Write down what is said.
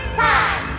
time